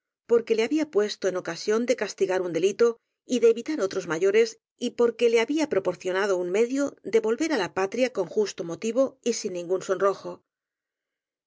porque le había puesto en ocasión de castigar un delito y de evitar otros mayores y porque le había proporcionado un medio de volver á la patria con justo motivo y sin ningún sonrojo